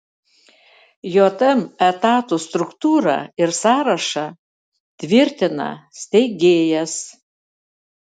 jm etatų struktūrą ir sąrašą tvirtina steigėjas